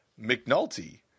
mcnulty